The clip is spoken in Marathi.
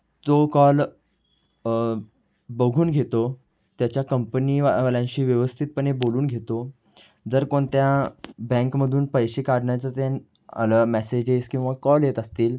तो कॉल बघून घेतो त्याच्या कंपनीवाल्यांशी व्यवस्थितपणे बोलून घेतो जर कोणत्या बँकमधून पैसे काढण्याचा ते आणि मेसेजेस किंवा कॉल येत असतील